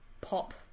pop